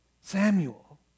Samuel